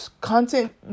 content